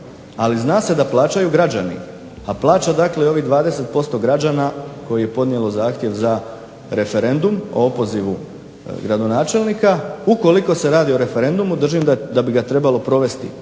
ali zna se da plaćaju građani, a plaća dakle i ovih 20% građana koji je podnijelo zahtjev za referendum o opozivu gradonačelnika. Ukoliko se radi o referendumu držim da bi ga trebalo provesti,